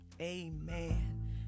amen